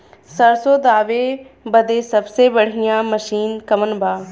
सरसों दावे बदे सबसे बढ़ियां मसिन कवन बा?